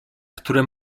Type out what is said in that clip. które